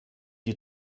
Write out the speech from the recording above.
die